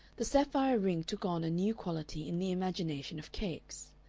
the sapphire ring took on a new quality in the imagination of capes.